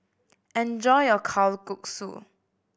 enjoy your Kalguksu